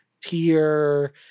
tier